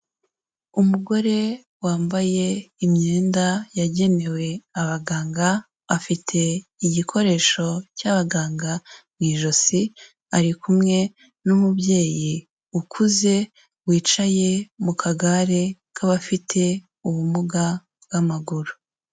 Umugore wambaye imyenda yagenewe abaganga, afite igikoresho cy'abaganga mu ijosi, ari kumwe n'umubyeyi ukuze wicaye mu kagare k'abafite ubumuga bw'amaguru.